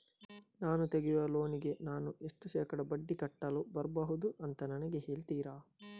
ನಾನು ತೆಗಿಯುವ ಲೋನಿಗೆ ನಾನು ಎಷ್ಟು ಶೇಕಡಾ ಬಡ್ಡಿ ಕಟ್ಟಲು ಬರ್ಬಹುದು ಅಂತ ನನಗೆ ಹೇಳ್ತೀರಾ?